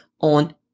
on